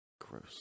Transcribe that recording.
Gross